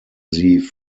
sie